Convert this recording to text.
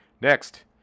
Next